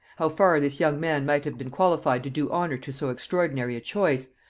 how far this young man might have been qualified to do honor to so extraordinary a choice,